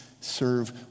serve